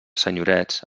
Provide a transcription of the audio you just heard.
senyorets